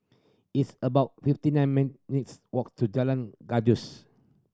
it's about fifty nine minutes walk to Jalan Gajus